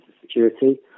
security